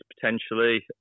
potentially